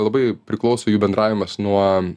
labai priklauso jų bendravimas nuo